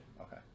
Okay